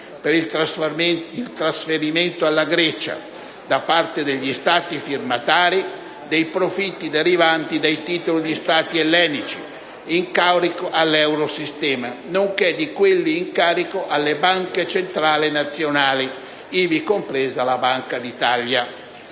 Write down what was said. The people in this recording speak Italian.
per il trasferimento alla Grecia, da parte degli Stati firmatari, dei profitti derivanti dai titoli di Stato ellenici in carico all'Eurosistema nonché di quelli in carico alle Banche centrali nazionali, ivi compresa la Banca d'Italia.